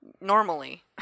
Normally